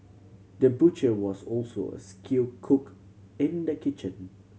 the butcher was also a skilled cook in the kitchen